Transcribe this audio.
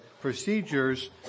procedures